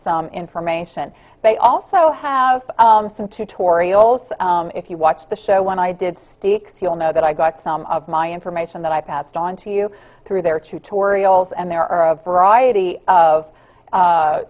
some information they also have some tutorials if you watch the show when i did steaks you'll know that i got some of my information that i passed on to you through their tutorials and there are a variety of